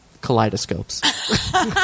kaleidoscopes